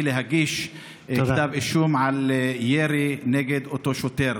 להגיש כתב אישום על ירי נגד אותו שוטר.